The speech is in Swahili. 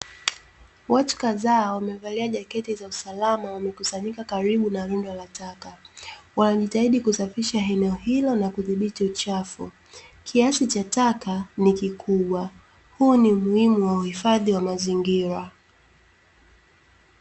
Watu kazaa wamevalia jaketi za usalama wamekusanyika karibu na rundo la taka, wanajitahidi kusafisha eneo hilo na kudhibiti uchafu. Kiasi cha taka ni kikubwa huu ni umuhimu wa uhifadhi wa mazingira.